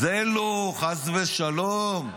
זה לא, חס ושלום.